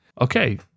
okay